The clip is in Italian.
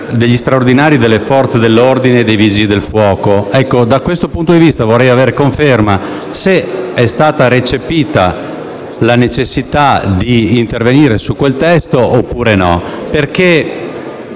degli straordinari delle Forze dell'ordine e dei Vigili del fuoco. Da questo punto di vista vorrei avere conferma che sia stata recepita la necessità di intervenire o no su quel testo. Per